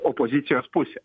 opozicijos pusę